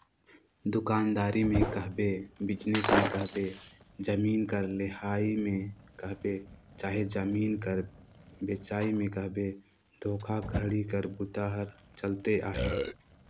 दुकानदारी में कहबे, बिजनेस में कहबे, जमीन कर लेहई में कहबे चहे जमीन कर बेंचई में कहबे धोखाघड़ी कर बूता हर चलते अहे